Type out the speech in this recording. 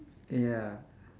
ya